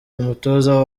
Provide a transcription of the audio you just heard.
umutoza